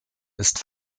ist